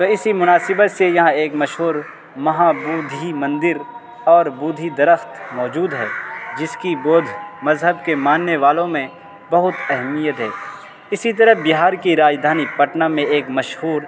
تو اسی مناسبت سے یہاں ایک مشہور مہا بودھی مندر اور بودھی درخت موجود ہے جس کی بودھ مذہب کے ماننے والوں میں بہت اہمیت ہے اسی طرح بہار کی راجدھانی پٹنہ میں ایک مشہور